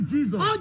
Jesus